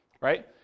right